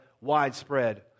widespread